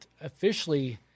Officially